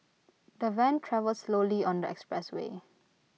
the van travel slowly on the expressway